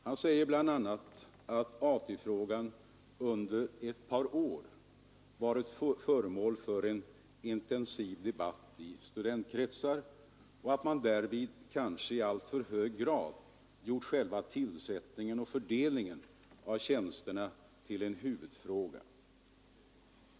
Han sade bl.a. ”att AT-frågan under ett par år varit föremål för en intensiv debatt i studentkretsar och att man därvid kanske i alltför hög grad gjort själva tillsättningen och fördelningen av tjänsterna till en huvud fråga.